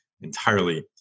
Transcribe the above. entirely